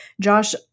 Josh